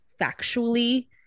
factually